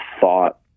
thought